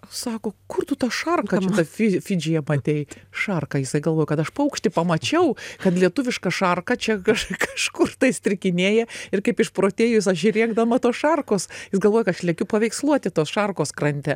sako kur tu tą šarką fi fidžyje matei švarką jis galvoja kad aš paukštį pamačiau kad lietuviška šarka čia kaž kažkur tai strikinėja ir kaip išprotėjus aš rėkdama tos šarkos jis galvoja kad aš lekiu paveiksluoti tos šarkos krante